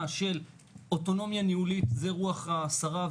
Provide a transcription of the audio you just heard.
של אוטונומיה ניהולית זאת רוח השרה,